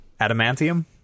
Adamantium